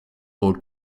board